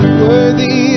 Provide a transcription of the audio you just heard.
worthy